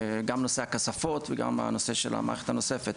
גם נושא הכספות וגם הנושא של המערכת הנוספת.